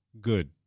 good